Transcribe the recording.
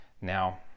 Now